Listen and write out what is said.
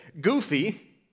Goofy